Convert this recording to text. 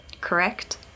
Correct